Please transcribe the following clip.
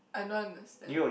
I don't understand